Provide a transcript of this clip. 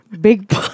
big